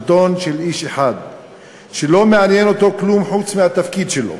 שלטון של איש אחד שלא מעניין אותו כלום חוץ מהתפקיד שלו.